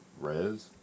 res